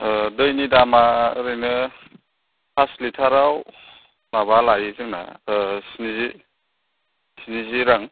दैनि दामा ओरैनो पास लिटाराव माबा लायो जोङो स्निजि स्निजि रां